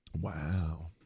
Wow